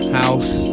house